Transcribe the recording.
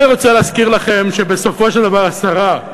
אני רוצה להזכיר לכם שבסופו של דבר, השרה,